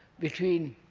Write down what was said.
between